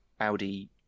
Audi